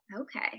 Okay